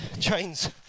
trains